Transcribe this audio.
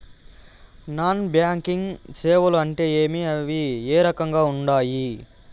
non banking సేవలు అంటే ఏమి అవి ఏ రకంగా ఉండాయి